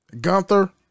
Gunther